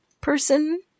person